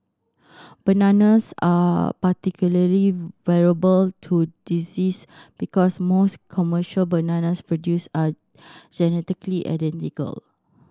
bananas are particularly vulnerable to disease because most commercial bananas produced are genetically identical